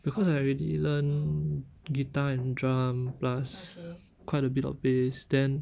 because I already learn guitar and drum plus quite a bit of bass then